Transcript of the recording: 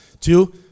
Two